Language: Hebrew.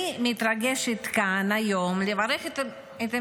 אני מתרגשת לברך כאן היום את הממשלה,